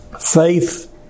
Faith